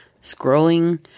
scrolling